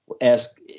ask